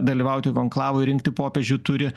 dalyvauti konklavoj rinkti popiežių turi